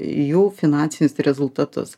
jų finansinius rezultatus